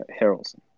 Harrelson